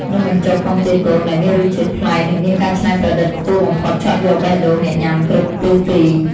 នំបញ្ចុកពងទាកូនដែលមានរសជាតិប្លែកនិងមានការច្នៃប្រឌិតខ្ពស់កំពុងឆក់យកបេះដូងអ្នកញ៉ាំគ្រប់ទិសទី។